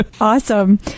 awesome